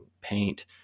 paint